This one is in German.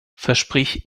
versprich